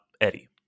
Eddie